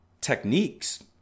techniques